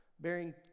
bearing